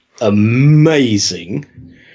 amazing